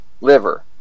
liver